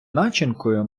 начинкою